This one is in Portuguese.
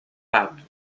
fato